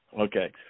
Okay